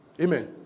Amen